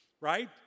right